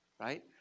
right